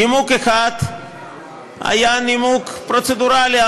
נימוק אחד היה פרוצדורלי,